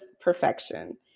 perfection